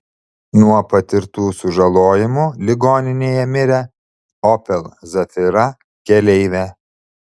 nuo patirtų sužalojimų ligoninėje mirė opel zafira keleivė